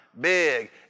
big